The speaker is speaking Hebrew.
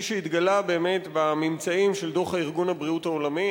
שהתגלה באמת בממצאים של דוח ארגון הבריאות העולמי.